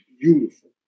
beautiful